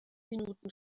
minuten